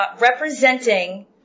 representing